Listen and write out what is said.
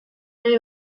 nahi